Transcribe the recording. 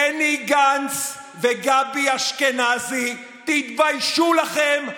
בני גנץ וגבי אשכנזי: תתביישו לכם.